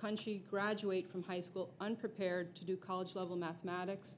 country graduate from high school unprepared to do college level mathematics